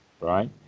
right